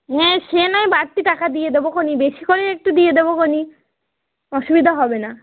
হ্যাঁ সে নয় বাড়তি টাকা দিয়ে দেবোখন বেশি করেই একটু দিয়ে দেবোখন অসুবিধা হবে না